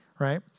Right